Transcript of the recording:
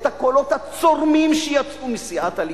את הקולות הצורמים שיצאו מסיעת הליכוד.